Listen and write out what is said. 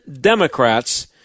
Democrats